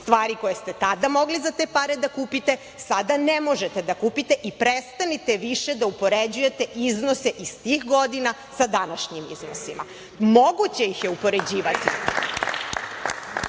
Stvari koje ste tada mogli za te pare da kupite sada ne možete da kupite i prestanite više da upoređujete iznose iz tih godina sa današnjim iznosima. Moguće ih je upoređivati,